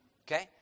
Okay